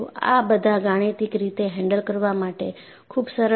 આ બધા ગાણિતિક રીતે હેન્ડલ કરવા માટે ખુબ સરળ છે